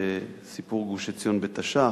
סיפור גוש-עציון בתש"ח,